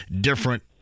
different